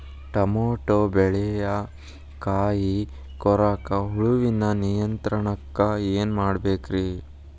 Tomato ಬೆಳೆಯ ಕಾಯಿ ಕೊರಕ ಹುಳುವಿನ ನಿಯಂತ್ರಣಕ್ಕ ಏನ್ ಮಾಡಬೇಕ್ರಿ?